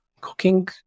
Cooking